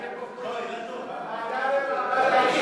תודה רבה.